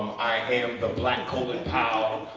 i am the black colin powell.